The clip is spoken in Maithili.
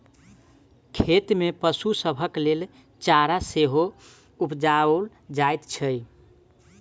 खेत मे पशु सभक लेल चारा सेहो उपजाओल जाइत छै